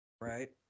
Right